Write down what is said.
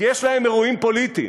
כי יש להם אירועים פוליטיים.